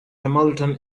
hamilton